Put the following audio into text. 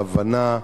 להבנה,